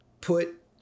put